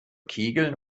kegeln